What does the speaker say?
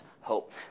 hope